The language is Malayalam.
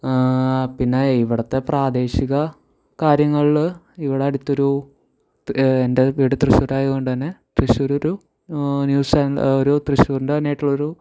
പിന്നെ ഇവിടുത്തെ പ്രാദേശിക കാര്യങ്ങളിൽ ഇവിടെ അടുത്തൊരു എൻ്റെ വീട് തൃശ്ശൂർ ആയതുകൊണ്ട് തന്നെ തൃശ്ശൂർ ഒരു ന്യൂസ് ചാനൽ ഒരു തൃശ്ശൂരിൻ്റെ തന്നെ ആയിട്ടുള്ള ഒരു